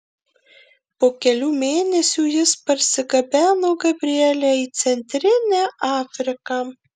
po kelių mėnesių jis parsigabeno gabrielę į centrinę afriką